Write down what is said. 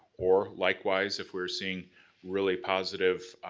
or likewise, if we're seeing really positive